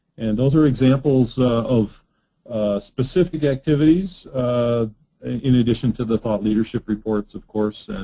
and those are examples of specific activities in addition to the thought leadership reports, of course, and